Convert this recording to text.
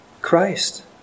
Christ